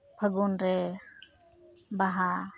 ᱯᱷᱟᱹᱜᱩᱱ ᱨᱮ ᱵᱟᱦᱟ